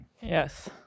yes